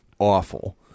Awful